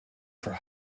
for